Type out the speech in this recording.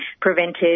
prevented